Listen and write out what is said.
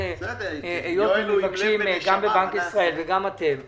היות וגם בנק ישראל וגם אתם מבקשים,